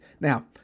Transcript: Now